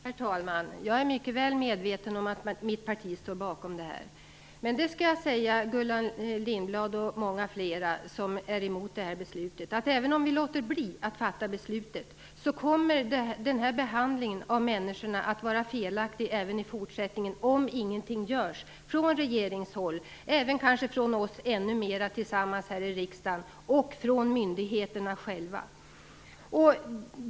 Herr talman! Jag är mycket väl medveten om att mitt parti står bakom detta. Men jag skall säga Gullan Lindblad, och många fler som är emot detta, att även om riksdagen låter bli att fatta beslutet kommer behandlingen av människorna att vara felaktig även i fortsättningen om ingenting görs från regeringshåll, från riksdagen - i kanske ännu högre grad - och från myndigheterna själva.